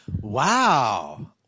Wow